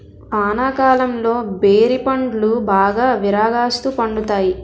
వానాకాలంలో బేరి పండ్లు బాగా విరాగాస్తు పండుతాయి